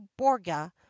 borga